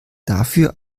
dafür